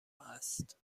است